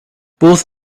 both